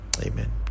Amen